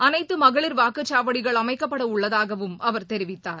அனைத்து மகளிர் வாக்குச்சாவடிகள் அமைக்கப்பட உள்ளதாகவும் அவர் தெரிவித்தார்